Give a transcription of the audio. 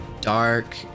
dark